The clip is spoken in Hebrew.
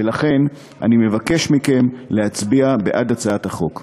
ולכן אני מבקש מכם להצביע בעד הצעת החוק.